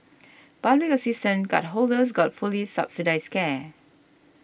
public assistance cardholders got fully subsidised care